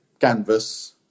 canvas